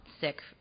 sick